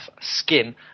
skin